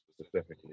specifically